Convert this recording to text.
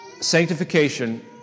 Sanctification